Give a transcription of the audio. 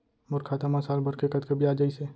मोर खाता मा साल भर के कतका बियाज अइसे?